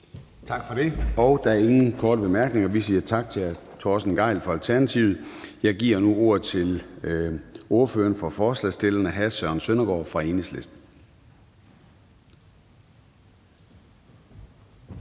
Gade): Der er ingen korte bemærkninger. Vi siger tak til hr. Torsten Gejl fra Alternativet. Jeg giver nu ordet til ordføreren for forslagsstillerne, hr. Søren Søndergaard fra Enhedslisten.